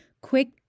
quick